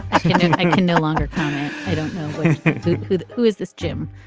i can no longer count i i don't know who. who is this jim.